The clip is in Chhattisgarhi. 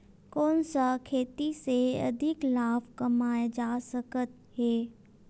कोन सा खेती से अधिक लाभ कमाय जा सकत हे?